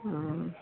ہوں